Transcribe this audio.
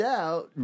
out